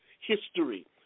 history